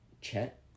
Chet